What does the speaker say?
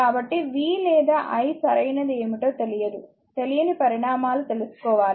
కాబట్టి v లేదా i సరైనది ఏమిటో తెలియదు తెలియని పరిమాణాలు తెలుసుకోవాలి